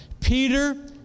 Peter